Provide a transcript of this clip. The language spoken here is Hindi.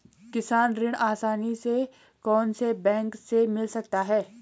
किसान ऋण आसानी से कौनसे बैंक से मिल सकता है?